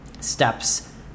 steps